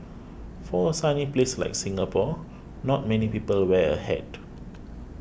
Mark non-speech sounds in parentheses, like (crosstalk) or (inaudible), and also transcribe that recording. for a sunny place like Singapore not many people wear a hat (noise)